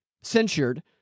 censured